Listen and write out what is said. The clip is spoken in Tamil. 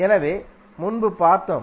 எனவே முன்பு பார்த்தோம்